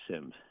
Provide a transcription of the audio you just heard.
Sims